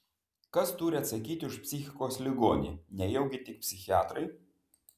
kas turi atsakyti už psichikos ligonį nejaugi tik psichiatrai